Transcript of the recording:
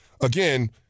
again